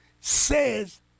says